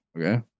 okay